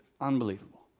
Unbelievable